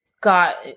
got